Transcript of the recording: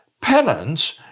penance